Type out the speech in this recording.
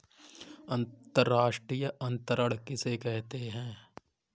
अंतर्राष्ट्रीय अंतरण किसे कहते हैं?